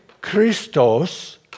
Christos